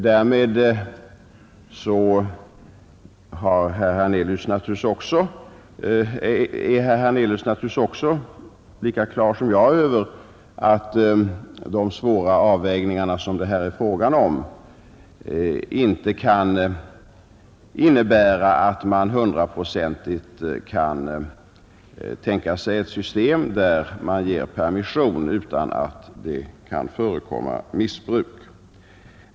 Därmed står det lika klart för herr Hernelius som det gör för mig att det här gäller svåra avvägningar, där man inte hundraprocentigt kan tänka sig ett permissionssystem som inte missbrukas.